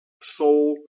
soul